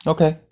Okay